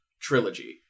trilogy